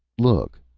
look,